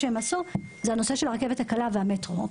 זה נושא הרכבת הקלה והמטרו.